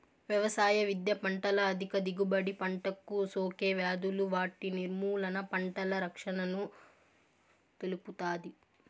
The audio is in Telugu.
వ్యవసాయ విద్య పంటల అధిక దిగుబడి, పంటలకు సోకే వ్యాధులు వాటి నిర్మూలన, పంటల రక్షణను తెలుపుతాది